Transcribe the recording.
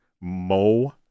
Mo